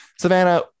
Savannah